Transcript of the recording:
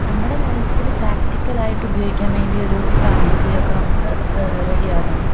നമ്മുടെ ലൈഫില് പ്രാക്റ്റിക്കലായിട്ട് ഉപയോഗിക്കാൻ വേണ്ടിയൊരു സാഹചര്യമൊക്കെ നമുക്ക് റെഡിയാക്കണം